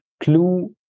clue